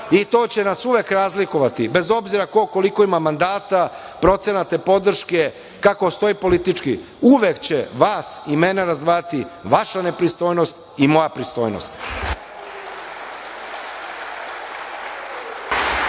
i to će nas uvek razlikovati, bez obzira ko koliko ima mandata, procenata i podrške, kako stoji politički. Uvek će vas i mene razdvajati vaša nepristojnost i moja pristojnost.